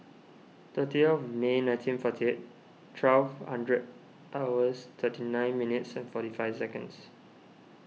thirty of May nineteen forty eight twelve hundred hours thirty nine minutes and forty five seconds